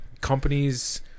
companies